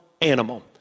animal